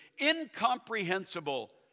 incomprehensible